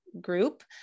group